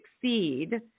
succeed